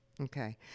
Okay